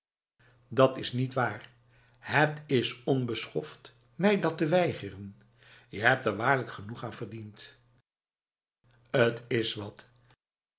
dat is niet waar het is onbeschoft mij dat te weigeren je hebt er waarlijk genoeg aan verdiend het is wat